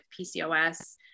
PCOS